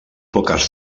poques